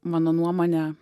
mano nuomone